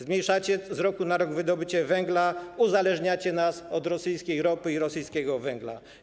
Zmniejszacie z roku na rok wydobycie węgla, uzależniacie nas od rosyjskiej ropy i rosyjskiego węgla.